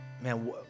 man